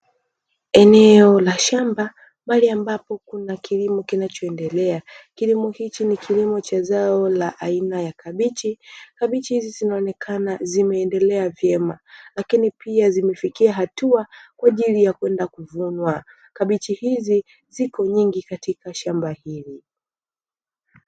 Eneo la shamba mahali ambapo kuna kilimo kinachoendelea. Kilimo hichi ni kilimo cha zao la aina ya kabichi, kabichi hizi zinaonekana zimeendelea vyema lakini pia zimefikia hatua kwa ajili ya kwenda kuvunwa. Kabichi hizi zipo nyingi katika shamba hili.